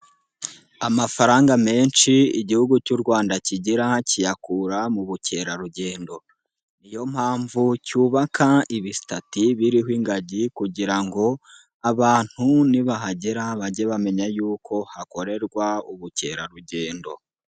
Amafaranga menshi Igihugu cy'u Rwanda kigira kiyakura mu bukerarugendo, ni yo mpamvu cyubaka ibisitati biriho ingagi kugira ngo abantu nibahagera bajye bamenya yuko hakorerwa ubukerarugendo.